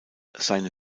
seine